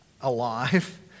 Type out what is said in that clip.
alive